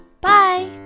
Bye